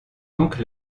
donc